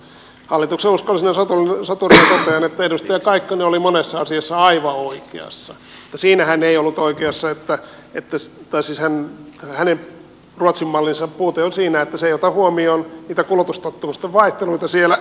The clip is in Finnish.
hallituksen uskollisena soturina totean että edustaja kaikkonen oli monessa asiassa aivan oikeassa mutta hänen ruotsin mallinsa puute on siinä että se ei ota huomioon niitä kulutustottumusten vaihteluita siellä